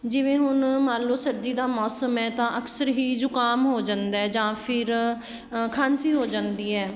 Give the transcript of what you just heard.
ਜਿਵੇਂ ਹੁਣ ਮੰਨ ਲਉ ਸਰਦੀ ਦਾ ਮੌਸਮ ਹੈ ਤਾਂ ਅਕਸਰ ਹੀ ਜ਼ੁਕਾਮ ਹੋ ਜਾਂਦਾ ਜਾਂ ਫਿਰ ਖਾਂਸੀ ਹੋ ਜਾਂਦੀ ਹੈ